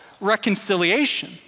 reconciliation